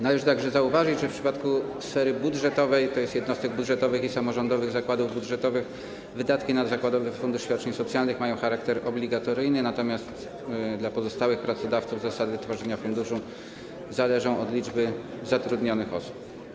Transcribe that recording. Należy także zauważyć, że w przypadku sfery budżetowej, tj. jednostek budżetowych i samorządowych zakładów budżetowych, wydatki na zakładowy fundusz świadczeń socjalnych mają charakter obligatoryjny, natomiast dla pozostałych pracodawców zasady tworzenia funduszu zależą od liczby zatrudnionych osób.